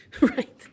Right